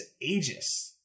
Aegis